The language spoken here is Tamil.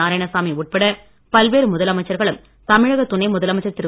நாராயணசாமி உட்பட பல்வேறு முதலமைச்சர்களும் தமிழக துணை முதலமைச்சர் திரு